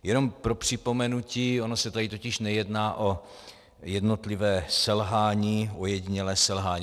Jenom pro připomenutí, ono se tady totiž nejedná o jednotlivé selhání, ojedinělé selhání.